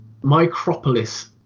Micropolis